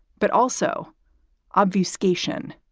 but also obfuscation.